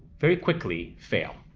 very quickly, fail.